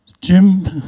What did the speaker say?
Jim